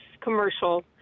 commercial